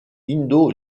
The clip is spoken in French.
indo